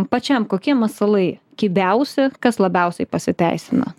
pačiam kokie masalai kibiausi kas labiausiai pasiteisina